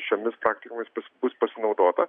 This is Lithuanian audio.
šiomis praktikomis pas bus pasinaudota